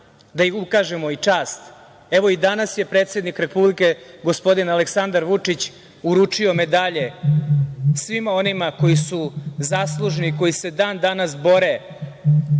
da im ukažemo i čast. Danas je predsednik Republike, gospodin Aleksandar Vučić uručio medalje svima onima koji su zaslužni, koji se dan-danas bore